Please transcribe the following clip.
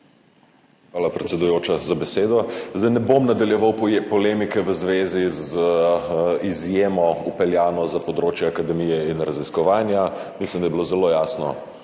Hvala, predsedujoča, za besedo. Zdaj ne bom nadaljeval polemike v zvezi z izjemo, vpeljano za področje akademije in raziskovanja. Mislim, da je bilo zelo jasno